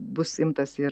bus imtasi ir